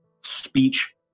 speech